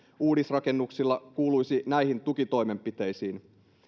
uudisrakennuksilla kuuluisi näihin tukitoimenpiteisiin